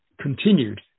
continued